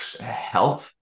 help